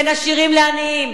בין עשירים לעניים,